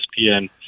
ESPN